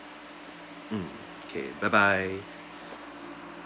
mm okay bye bye